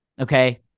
okay